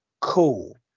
Cool